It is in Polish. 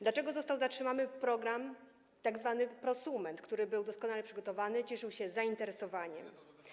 Dlaczego został zatrzymamy program „Prosument”, który był doskonale przygotowany, cieszył się zainteresowaniem?